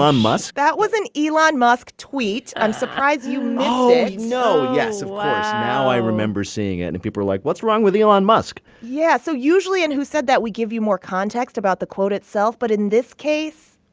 um musk? that was an elon musk tweet. i'm surprised you you know yeah so wow now i remember seeing it. and people were like, what's wrong with elon musk? yeah. so usually in who said that, we give you more context about the quote itself. but in this case,